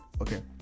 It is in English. Okay